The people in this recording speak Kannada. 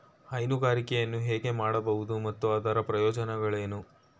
ಹೈನುಗಾರಿಕೆಯನ್ನು ಹೇಗೆ ಮಾಡಬಹುದು ಮತ್ತು ಅದರ ಪ್ರಯೋಜನಗಳೇನು?